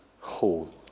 whole